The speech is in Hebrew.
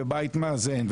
ובית מאזן,